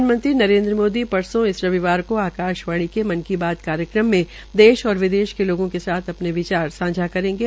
प्रधानमंत्री नरेन्द्र मोदी परसो इस रविवार को आकाशवाणी के मन की बात कार्यक्रम में देश और विदेश के लोगों के साथ अपने विचार सांझा करेंगे